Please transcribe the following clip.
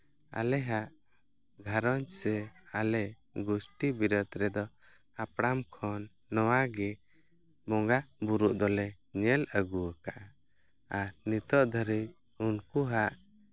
ᱟᱞᱮᱭᱟᱜ ᱜᱷᱟᱸᱨᱚᱡᱽ ᱥᱮ ᱟᱞᱮ ᱜᱩᱥᱴᱤ ᱵᱤᱨᱟᱹᱫ ᱨᱮᱫᱚ ᱦᱟᱯᱲᱟᱢ ᱠᱷᱚᱱ ᱱᱚᱣᱟ ᱜᱮ ᱵᱚᱸᱜᱟᱼᱵᱳᱨᱳᱜ ᱫᱚᱞᱮ ᱧᱮᱞ ᱟᱹᱜᱩᱣᱟᱠᱟᱜᱼᱟ ᱟᱨ ᱱᱤᱛᱳᱜ ᱫᱷᱟᱹᱨᱤᱡ ᱩᱱᱠᱩ ᱦᱟᱜ